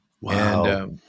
Wow